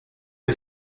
est